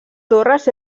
torres